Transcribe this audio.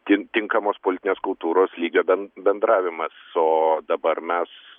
tin tinkamos politinės kultūros lygio ben bendravimas o dabar mes